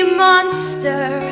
monster